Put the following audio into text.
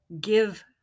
give